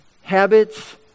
habits